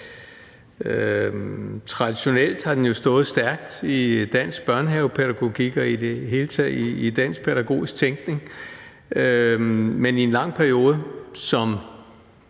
Traditionelt har den jo stået stærkt i dansk børnehavepædagogik og i det hele taget i dansk pædagogisk tænkning, men i en lang periode, som